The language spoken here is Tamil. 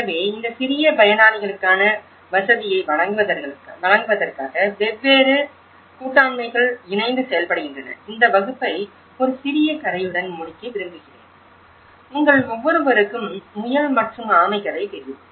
எனவே இந்த சிறிய பயனளிகளுக்கான வசதியை வழங்குவதற்காக வெவ்வேறு கூட்டாண்மைகள் இணைந்து செயல்படுகின்றன இந்த வகுப்பை ஒரு சிறிய கதையுடன் முடிக்க விரும்புகிறேன் உங்கள் ஒவ்வொருவருக்கும் முயல் மற்றும் ஆமை கதை தெரியும்